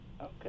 Okay